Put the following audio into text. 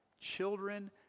children